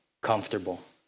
comfortable